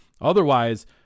Otherwise